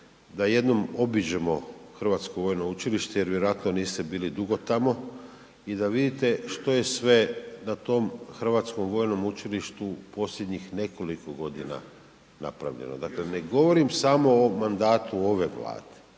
da jednom obiđemo Hrvatsko vojno učilište jer vjerojatno niste bili dugo tamo i da vidite što je sve na tom Hrvatskom vojnom učilištu u posljednjih nekoliko godina napravljeno. Dakle, ne govorim samo o mandatu ove Vlade